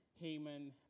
Haman